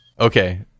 Okay